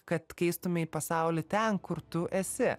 kad keistumei pasaulį ten kur tu esi